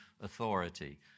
authority